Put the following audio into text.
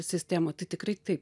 sistemoj tai tikrai tai